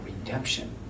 redemption